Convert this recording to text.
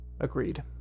agreed